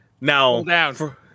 now